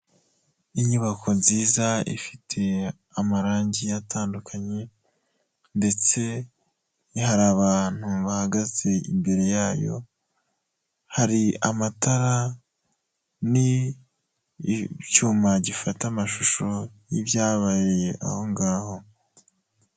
Inyubako nziza ifite amarangi atandukanye ndetse hari abantu bahagaze imbere yayo, hari amatara n'icyuma gifata amashusho y'ibyabereye aho ngaho.